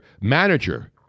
manager